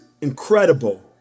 incredible